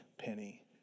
penny